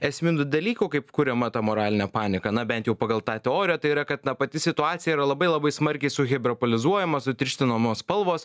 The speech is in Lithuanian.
esminių dalykų kaip kuriama tą moralinė panika na bent jau pagal tą teoriją tai yra kad ta pati situacija yra labai labai smarkiai suhiperbolizuojama sutirštinamos spalvos